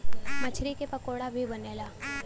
मछरी के पकोड़ा भी बनेला